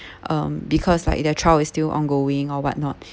um because like their trial is still ongoing or what not